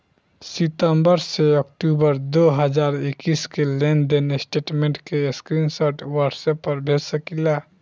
सितंबर से अक्टूबर दो हज़ार इक्कीस के लेनदेन स्टेटमेंट के स्क्रीनशाट व्हाट्सएप पर भेज सकीला?